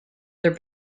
their